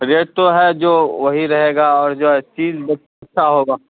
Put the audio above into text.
rate تو ہے جو وہی رہے گا اور جو ہے چیز اچھا ہوگا